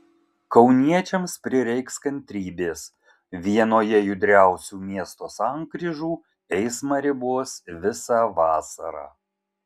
kauniečiams prireiks kantrybės vienoje judriausių miesto sankryžų eismą ribos visą vasarą